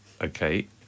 Okay